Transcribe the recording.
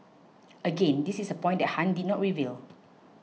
again this is a point that Han did not reveal